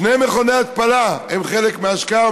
שני מכוני התפלה הם חלק מההשקעה,